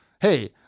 hey